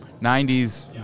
90s